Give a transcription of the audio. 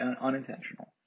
Unintentional